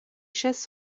chaises